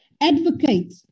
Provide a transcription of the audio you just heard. advocate